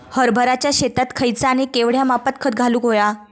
हरभराच्या शेतात खयचा आणि केवढया मापात खत घालुक व्हया?